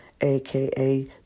AKA